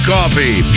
Coffee